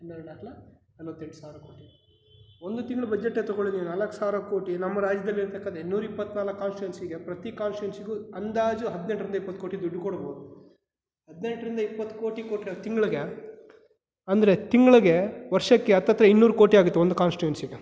ಹನ್ನೆರಡು ನಾಲ್ಕಲೇ ನಲ್ವತ್ತೆಂಟು ಸಾವಿರ ಕೋಟಿ ಒಂದು ತಿಂಗ್ಳು ಬಜೆಟ್ಟೆ ತೊಗೊಳ್ಳಿ ನೀವು ನಾಲ್ಕು ಸಾವಿರ ಕೋಟಿ ನಮ್ಮ ರಾಜ್ಯದಲ್ಲಿರತಕ್ಕ ಇನ್ನೂರಿಪ್ಪತ್ನಾಲ್ಕು ಕಾನ್ಸ್ಟುಯೆನ್ಸಿಗೆ ಪ್ರತಿ ಕಾನ್ಸ್ಟುಯೆನ್ಸಿಗೂ ಅಂದಾಜು ಹದಿನೆಂಟರಿಂದ ಇಪ್ಪತ್ತು ಕೋಟಿ ದುಡ್ಡು ಕೊಡ್ಬೋದು ಹದಿನೆಂಟರಿಂದ ಇಪ್ಪತ್ತು ಕೋಟಿ ಕೊಟ್ಟರೆ ತಿಂಗ್ಳಿಗೆ ಅಂದರೆ ತಿಂಗ್ಳಿಗೆ ವರ್ಷಕ್ಕೆ ಹತ್ತತ್ತಿರ ಇನ್ನೂರು ಕೋಟಿ ಆಗುತ್ತೆ ಒಂದು ಕಾನ್ಸ್ಟುಯೆನ್ಸಿಗೆ